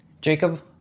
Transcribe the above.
Jacob